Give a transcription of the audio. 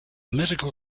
medical